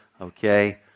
okay